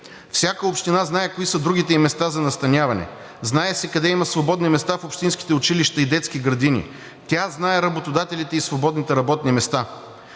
Всяка община знае кои са другите ѝ места за настаняване, знае се къде има свободни места в общинските училища и детски градини, тя знае работодателите и свободните работни места.